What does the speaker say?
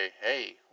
hey